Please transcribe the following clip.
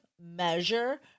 measure